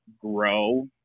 grow